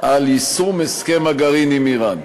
על יישום הסכם הגרעין עם איראן.